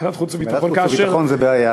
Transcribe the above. ועדת חוץ וביטחון זו בעיה.